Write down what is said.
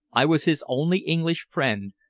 i was his only english friend,